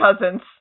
cousins